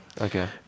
Okay